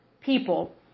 people